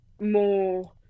more